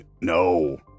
No